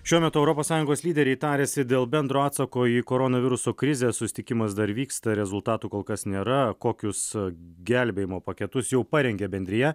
šiuo metu europos sąjungos lyderiai tariasi dėl bendro atsako į koronaviruso krizę susitikimas dar vyksta rezultatų kol kas nėra kokius gelbėjimo paketus jau parengė bendrija